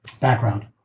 background